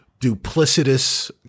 duplicitous